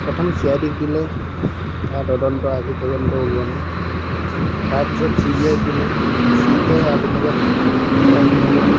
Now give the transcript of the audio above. প্ৰথম C I D ক দিলে তাৰ তদন্ত আজি পৰ্যন্ত ওলোৱা নাই তাৰপিছত চি বি আই ক দিলে চি বি আইয়ে আজিলৈকে ইয়াৰ কোনো